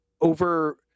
over